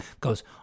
goes